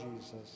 Jesus